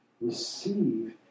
receive